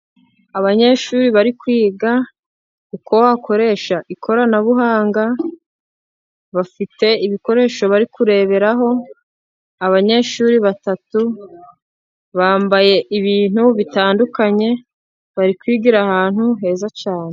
Abanyeshuri bari kwiga uko wakoresha ikoranabuhanga, bafite ibikoresho bari kureberaho. Abanyeshuri batatu bambaye ibintu bitandukanye, bari kwigira ahantu heza cyane.